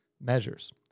measures